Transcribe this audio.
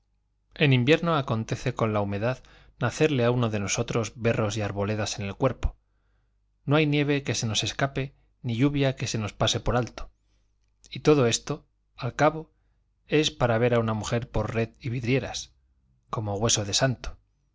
en invierno acontece con la humedad nacerle a uno de nosotros berros y arboledas en el cuerpo no hay nieve que se nos escape ni lluvia que se nos pase por alto y todo esto al cabo es para ver a una mujer por red y vidrieras como hueso de santo